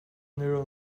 neural